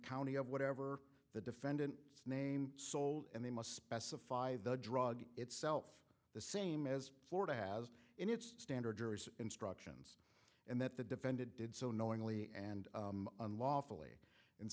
county of whatever the defendant name sold and they must specify the drug itself the same as florida has in its standard jury instructions and that the defendant did so knowingly and unlawfully and